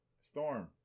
Storm